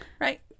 Right